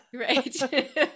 Right